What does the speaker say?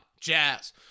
Jazz